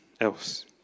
else